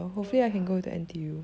oh ya